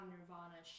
Nirvana